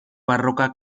barroca